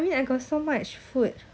I got so much food